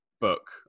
book